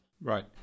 Right